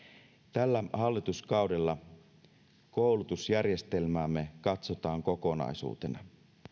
tällä hallituskaudella koulutusjärjestelmäämme katsotaan kokonaisuutena